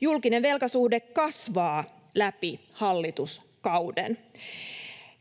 Julkinen velkasuhde kasvaa läpi hallituskauden.